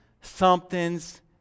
something's